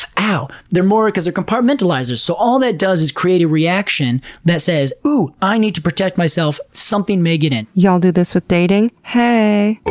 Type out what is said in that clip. ow! they're more, because they're compartmentalizers, so all that does is create a reaction that says, oh! i need to protect myself. something may get in. y'all do this with dating? heeeey!